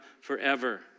forever